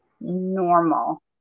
normal